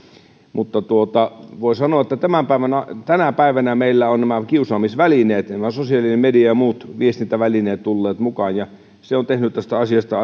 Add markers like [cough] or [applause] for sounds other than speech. mutta voi sanoa että tänä päivänä meillä ovat nämä kiusaamisvälineet tämä sosiaalinen media ja muut viestintävälineet tulleet mukaan ja se on tehnyt tästä asiasta [unintelligible]